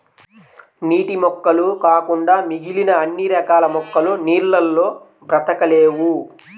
నీటి మొక్కలు కాకుండా మిగిలిన అన్ని రకాల మొక్కలు నీళ్ళల్లో బ్రతకలేవు